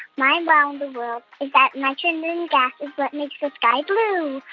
my wow in the world is that nitrogen gas is what makes the sky blue.